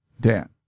Dan